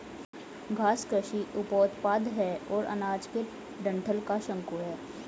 घास कृषि उपोत्पाद है और अनाज के डंठल का शंकु है